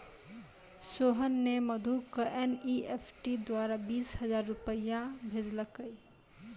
सोहन ने मधु क एन.ई.एफ.टी द्वारा बीस हजार रूपया भेजलकय